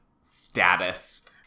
status